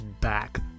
back